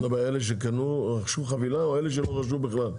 אלה שרכשו חבילה או אלה שלא רכשו בכלל?